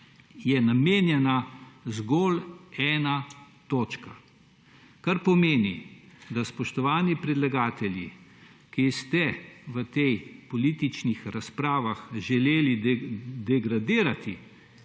temu namenjena zgolj ena točka. Kar pomeni, da, spoštovani predlagatelji, ki ste v teh političnih razpravah želeli degradirati